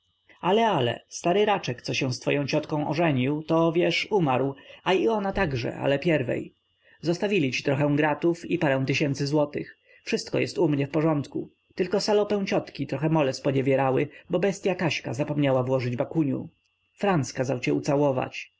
ale ale stary raczek co się z twoją ciotką ożenił to wiesz umarł a i ona także ale pierwiej zostawili ci trochę gratów i parę tysięcy złotych wszystko jest u mnie w porządku tylko salopę ciotki móle trochę sponiewierały bo bestya kaśka zapomniała włożyć bakuniu franc kazał cię ucałować